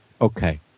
okay